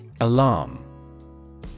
Alarm